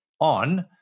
on